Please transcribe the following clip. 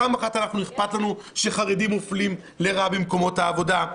פעם אחת שאכפת לנו שחרדים מופלים לרעה במקומות העבודה,